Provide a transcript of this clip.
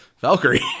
Valkyrie